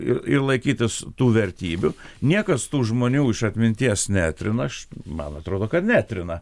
ir laikytis tų vertybių niekas tų žmonių iš atminties netrina aš man atrodo kad netrina